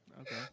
Okay